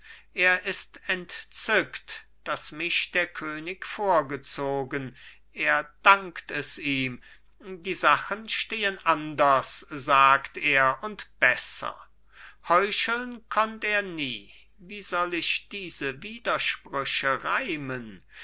er ist entzückt daß mich der könig vorgezogen er dankt es ihm die sachen stehen anders sagt er und besser heucheln konnt er nie wie soll ich diese widersprüche reimen